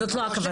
זאת לא הכוונה.